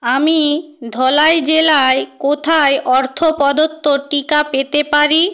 আমি ধলাই জেলায় কোথায় অর্থ প্রদত্ত টিকা পেতে পারি